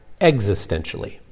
existentially